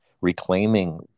reclaiming